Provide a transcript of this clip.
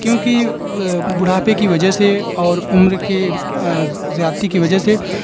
کیونکہ بڑھاپے کی وجہ سے اور عمر کی زیادتی کی وجہ سے